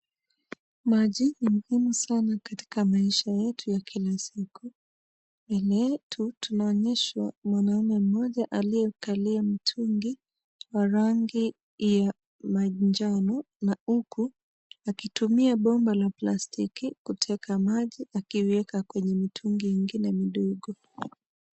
Maji ni muhimu sana katika maisha yetu ya kila siku, mbele yetu tunaonyeshwa mwanaume mmoja aliyekalia mtungi ya rangi ya manjano, na huku akitumia bomba la plastiki kuteka maji akiweka kwenye mtungi ingine mdogo.